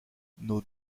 nos